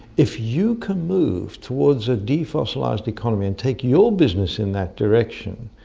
if you can move towards a defossilised economy and take your business in that direction,